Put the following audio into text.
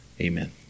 Amen